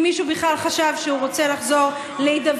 אם מישהו בכלל חשב שהוא רוצה לחזור להידברות,